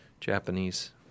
Japanese